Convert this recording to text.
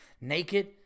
naked